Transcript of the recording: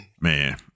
man